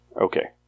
Okay